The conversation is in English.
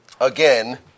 Again